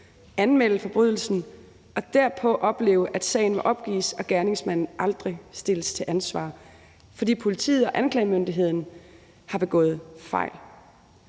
anmelde forbrydelsen og derpå opleve, at sagen må opgives og gerningsmanden aldrig stilles til ansvar, fordi politiet og anklagemyndigheden har begået fejl.